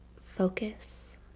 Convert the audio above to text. focus